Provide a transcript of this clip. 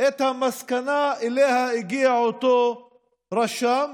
את המסקנה שאליה הגיע אותו רשם.